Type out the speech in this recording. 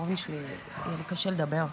יהיה לי קשה לדבר.